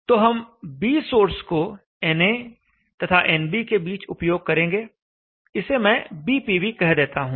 तो हम B source को na तथा nb के बीच उपयोग करेंगे इसे मैं Bpv कह देता हूं